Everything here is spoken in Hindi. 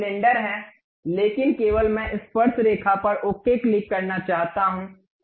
यह सिलेंडर है लेकिन केवल मैं स्पर्शरेखा पर ओके क्लिक करना चाहता हूं